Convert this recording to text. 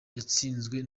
yatsinzwe